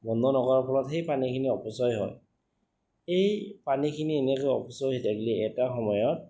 বন্ধ নকৰাৰ ফলত সেই পানীখিনি অপচয় হয় এই পানীখিনি এনেকৈ অপচয় হৈ থাকিলে এটা সময়ত